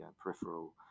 peripheral